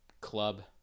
club